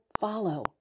follow